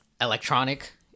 electronic